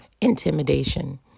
intimidation